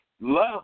love